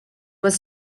would